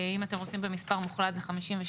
אם אתם רוצים במספר מוחלט זה 52,000,